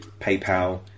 PayPal